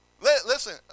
Listen